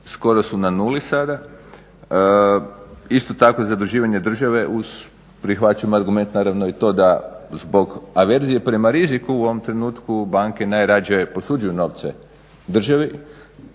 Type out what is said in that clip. skoro su na nuli sada. Isto tako zaduživanje države uz prihvaćamo argument naravno to da zbog averzije prema riziku u ovom trenutku banke najrađe posuđuju novce državi